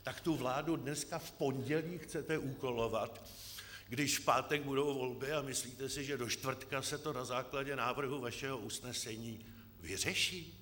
Tak tu vládu dneska, v pondělí, chcete úkolovat, když v pátek budou volby, a myslíte si, že do čtvrtka se to na základě návrhu vašeho usnesení vyřeší?